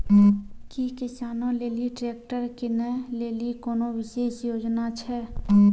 कि किसानो लेली ट्रैक्टर किनै लेली कोनो विशेष योजना छै?